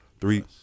three